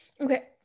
Okay